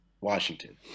Washington